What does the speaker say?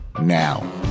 now